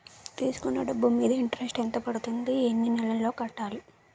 తీసుకున్న డబ్బు మీద ఇంట్రెస్ట్ ఎంత పడుతుంది? ఎన్ని నెలలో కట్టాలి?